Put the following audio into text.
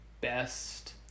best